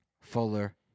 Fuller